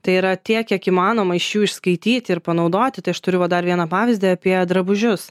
tai yra tiek kiek įmanoma iš jų išskaityti ir panaudoti tai aš turiu va dar vieną pavyzdį apie drabužius